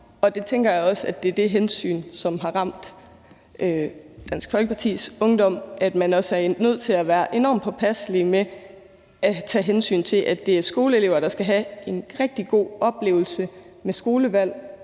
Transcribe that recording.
og det tænker jeg også er det hensyn, som har ramt Dansk Folkepartis Ungdom, altså at man også er nødt til at være enormt påpasselig og tage hensyn til, at det er skoleelever, der skal have en rigtig god oplevelse med skolevalg